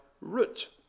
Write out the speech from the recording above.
root